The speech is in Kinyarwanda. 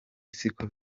siko